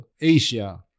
Asia